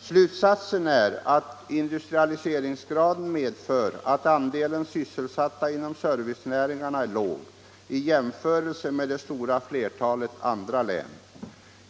Slutsatsen är att industrialiseringsgraden medför att andelen sysselsatta inom servicenäringarna är liten i jämförelse med den i det stora flertalet län.